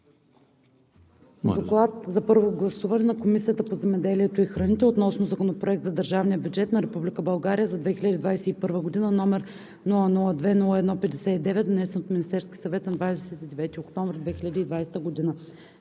„ДОКЛАД за първо гласуване на Комисията по земеделието и храните относно Законопроект за държавния бюджет на Република България за 2021 г., № 002-01-59, внесен от Министерския съвет на 29 октомври 2020 г.